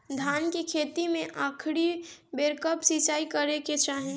धान के खेती मे आखिरी बेर कब सिचाई करे के चाही?